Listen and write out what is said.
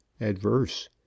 adverse